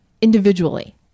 individually